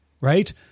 right